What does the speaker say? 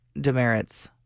demerits